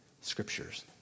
Scriptures